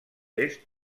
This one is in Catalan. est